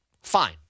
fine